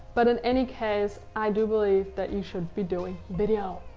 but in any case, i do believe that you should be doing video.